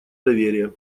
доверия